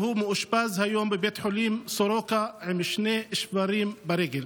והוא מאושפז היום בבית חולים סורוקה עם שני שברים ברגל.